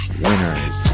winners